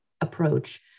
approach